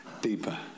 deeper